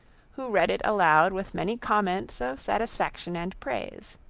who read it aloud with many comments of satisfaction and praise.